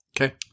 Okay